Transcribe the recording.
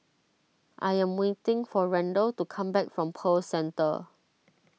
I am waiting for Randall to come back from Pearl Centre